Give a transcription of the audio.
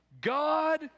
God